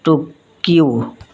Tokyo